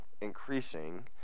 increasing